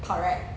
correct